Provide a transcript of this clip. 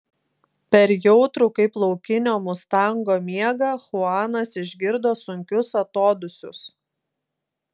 per jautrų kaip laukinio mustango miegą chuanas išgirdo sunkius atodūsius